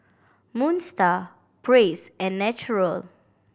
Moon Star Praise and Naturel